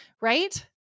right